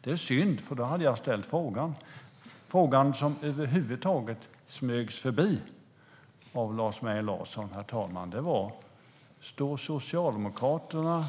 Det är synd, för då hade jag ställt frågan. Den fråga som helt smögs förbi av Lars Mejern Larsson, herr talman, var den som följer. Socialdemokraterna